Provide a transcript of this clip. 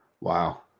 Wow